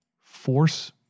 force